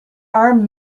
arm